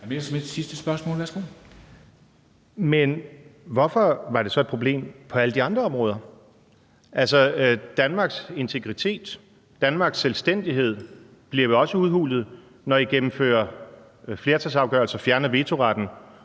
Men hvorfor var det så et problem på alle de andre områder? Danmarks integritet, Danmarks selvstændighed bliver vel også udhulet, når I gennemfører flertalsafgørelser og fjerner vetoretten